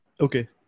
Okay